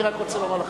אני רק רוצה לומר לך: